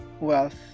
wealth